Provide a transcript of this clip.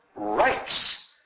rights